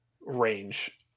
range